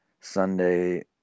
Sunday